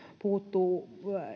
puuttuvat